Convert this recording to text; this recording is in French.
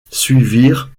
suivirent